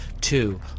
two